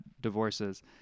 divorces